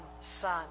son